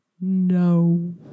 No